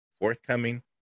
forthcoming